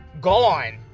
gone